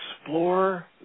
explore